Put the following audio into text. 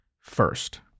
first